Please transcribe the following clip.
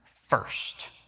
first